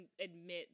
admit